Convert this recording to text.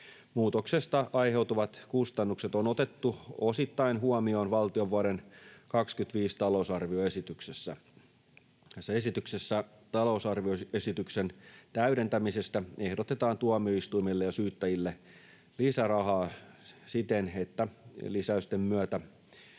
Muutoksesta aiheutuvat kustannukset on otettu osittain huomioon valtion vuoden 25 talousarvioesityksessä. Tässä esityksessä talousarvioesityksen täydentämisestä ehdotetaan tuomioistuimille ja syyttäjille lisärahaa siten, että lisäysten myötä